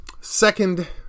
second